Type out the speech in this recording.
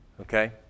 Okay